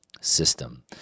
system